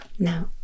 Now